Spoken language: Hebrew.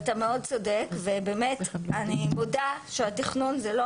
אתה מאוד צודק ובאמת אני מודה שהתכנון זה לא